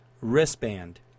Wristband